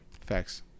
Facts